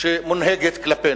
שמונהגת כלפינו.